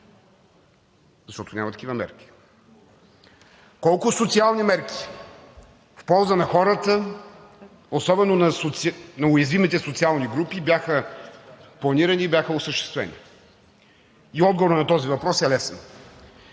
защото няма такива мерки. Колко социални мерки в полза на хората, особено на уязвимите социални групи, бяха планирани и бяха осъществени? Отговорът и на този въпрос е лесен.